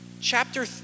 Chapter